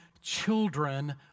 children